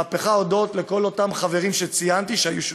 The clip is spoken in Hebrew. הודות לכל אותם חברים שציינתי שהיו שותפים,